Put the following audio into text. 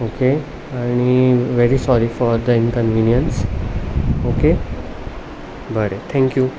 okay आनी very sorry for the inconvenience okay बरें thank you